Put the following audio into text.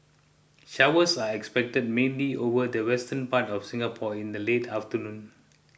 showers are expected mainly over the western part of Singapore in the late afternoon